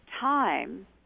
time